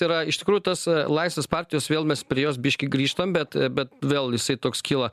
tai yra iš tikrųjų tas a laisvės partijos vėl mes prie jos biškį grįžtam bet bet vėl jisai toks kyla